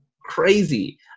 crazy